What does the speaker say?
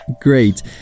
Great